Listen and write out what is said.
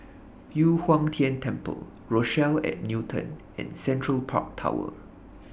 Yu Huang Tian Temple Rochelle At Newton and Central Park Tower